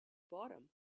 bottom